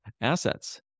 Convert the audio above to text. assets